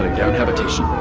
to habitation